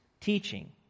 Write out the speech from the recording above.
teaching